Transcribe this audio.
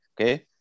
Okay